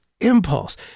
impulse